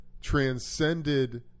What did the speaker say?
transcended